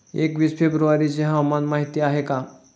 एकवीस फेब्रुवारीची हवामान माहिती आहे का?